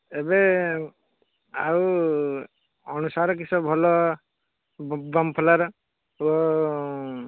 ଏବେ ଆଉ ଅନୁସାରେ କିସ ଭଲ ଵମ୍ପଲର ଓ